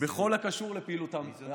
בכל הקשור לפעילותם" מי זאת?